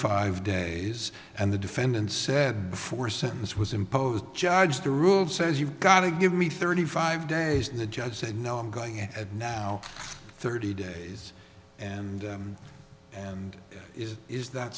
five days and the defendant said before sentence was imposed judge the rule says you've got to give me thirty five days and the judge said no i'm going at now thirty days and and is is that